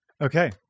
Okay